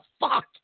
fuck